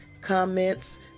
comments